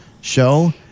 show